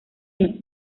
menos